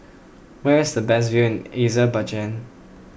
where is the best view in Azerbaijan